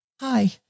Hi